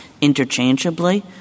interchangeably